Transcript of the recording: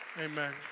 Amen